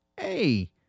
hey